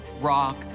rock